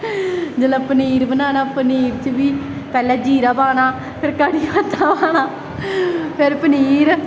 जिसलै पनीर बनाना पनीर च बी पैह्लैं जीरा पाना फ्ही कढ़ी पत्ता पाना फिर पनीर